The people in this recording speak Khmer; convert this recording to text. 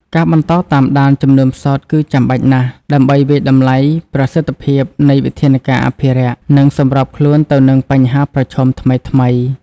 ការបន្តតាមដានចំនួនផ្សោតគឺចាំបាច់ណាស់ ដើម្បីវាយតម្លៃប្រសិទ្ធភាពនៃវិធានការអភិរក្ស និងសម្របខ្លួនទៅនឹងបញ្ហាប្រឈមថ្មីៗ។